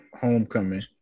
Homecoming